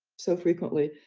so frequently,